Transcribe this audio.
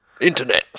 Internet